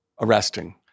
arresting